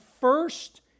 first